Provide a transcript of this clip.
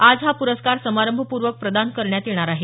आज हा पुरस्कार समारंभपूर्वक प्रदान करण्यात येणार आहे